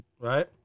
Right